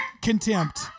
contempt